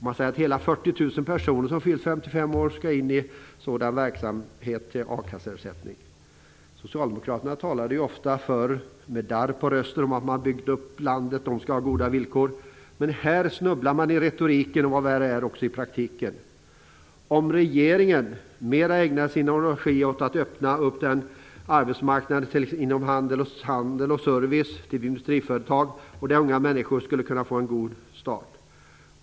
Man säger att hela 40 000 personer som fyllt 55 år skall in i sådan verksamhet till a-kasseersättning. Socialdemokraterna talade ju ofta förr med darr på rösten om att de som har byggt upp landet skall ha goda villkor. Men här snubblar man i retoriken och, vad värre är, också i praktiken. Regeringen skulle mera ägna sin energi åt att öppna den arbetsmarknad som finns inom handel och service och industriföretag, där unga människor skulle kunna få en god start.